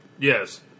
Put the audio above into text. Yes